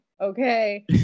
Okay